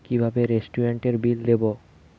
কিভাবে রেস্টুরেন্টের বিল দেবো?